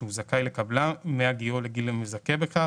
שהוא זכאי לקבלה מהגיעו לגיל המזכה בכך,